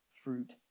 fruit